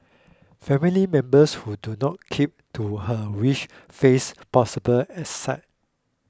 family members who do not keep to her wish face possible exile